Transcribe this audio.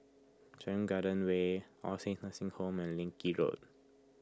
Serangoon Garden Way All Saints Nursing Home and Leng Kee Road